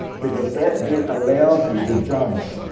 because that then allows you to judge